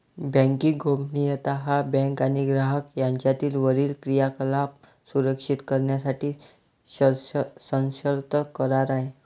banking गोपनीयता हा bank आणि ग्राहक यांच्यातील वरील क्रियाकलाप सुरक्षित करण्यासाठी सशर्त करार आहे